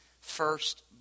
first